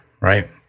right